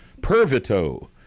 Pervito